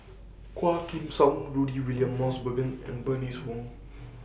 Quah Kim Song Rudy William Mosbergen and Bernice Wong